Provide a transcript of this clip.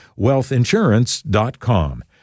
WealthInsurance.com